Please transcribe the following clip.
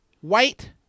white